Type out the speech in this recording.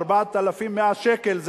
4,100 שקל,